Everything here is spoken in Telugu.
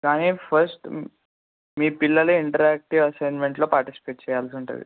కానీ ఫస్ట్ మీ పిల్లలు ఇంటరాక్టివ్ అసైన్మెంట్లో పార్టిసిపేట్ చేయాల్సి ఉంటుంది